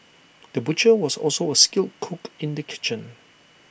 the butcher was also A skilled cook in the kitchen